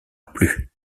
plus